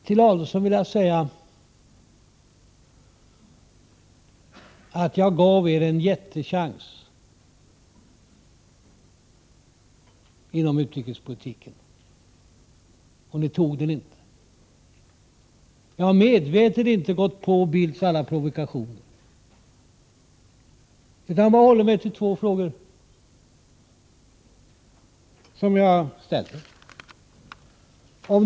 Till Adelsohn vill jag säga: Jag gav er en jättechans inom utrikespolitiken, och ni tog den inte. Jag har medvetet inte gått på Bildts alla provokationer utan bara hållit mig till två frågor, som jag ställer.